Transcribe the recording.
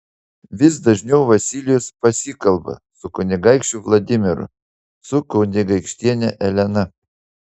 vis dažniau vasilijus pasikalba su kunigaikščiu vladimiru su kunigaikštiene elena